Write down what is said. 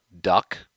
duck